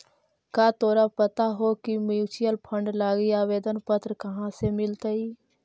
का तोरा पता हो की म्यूचूअल फंड लागी आवेदन पत्र कहाँ से मिलतई?